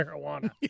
marijuana